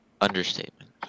Understatement